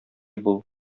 бул